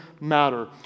matter